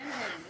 אין "הם".